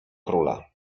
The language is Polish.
króla